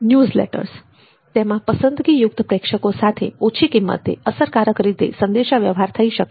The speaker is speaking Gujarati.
ન્યૂઝલેટર્સ તેમાં પસંદગીયુક્ત પ્રેક્ષકો સાથે ઓછી કિંમતે અસરકારક રીતે સંદેશા વ્યવહાર થઈ શકે છે